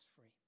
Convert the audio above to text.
free